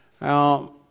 Now